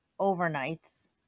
overnights